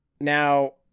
Now